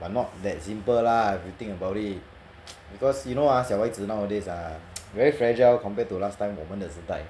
but not that simple lah if you think about it because you know ah 小孩子 nowadays ah very fragile compared to last time 我们的时代